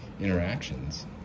Interactions